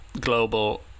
global